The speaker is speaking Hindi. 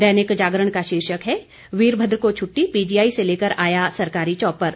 दैनिक जागरण का शीर्षक है वीरभद्र को छुट्टी पीजीआई से लेकर आया सरकारी चौपर